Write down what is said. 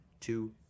two